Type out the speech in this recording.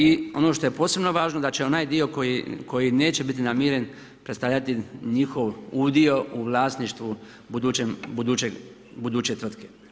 I ono što je posebno važno da će onaj dio koji neće biti namiren predstavljati njihov udio u vlasništvu buduće tvrtke.